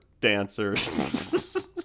dancers